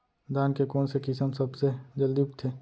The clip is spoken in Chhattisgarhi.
धान के कोन से किसम सबसे जलदी उगथे?